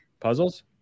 Puzzles